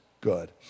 good